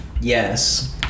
Yes